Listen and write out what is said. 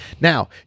now